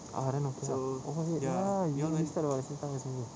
ah then okay lah oh I forgot ya you registered at the same time as me